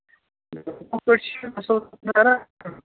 ہُتھٕ پٲٹھۍ چھِ یِم اَصٕل کران